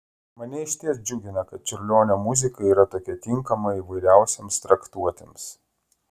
mane išties džiugina kad čiurlionio muzika yra tokia tinkama įvairiausioms traktuotėms